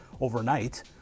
overnight